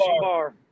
bar